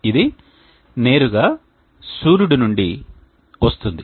ఇది నేరుగా సూర్యుడి నుండి వస్తుంది